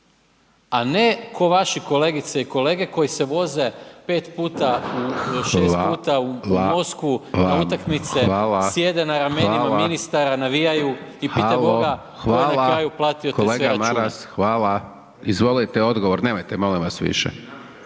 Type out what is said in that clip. a ne vaši kolegice i kolege koji se voze pet puta, šest puta u Moskvu na utakmice, sjede na ramenima ministara, navijaju i pitaj Boga tko je na kraju … /Upadica Hajdaš Dončić: Kolega Maras, hvala./ … platio te sve račune.